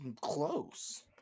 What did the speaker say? Close